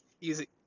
Easy